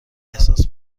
احساس